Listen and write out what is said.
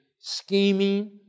scheming